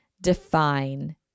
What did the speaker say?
define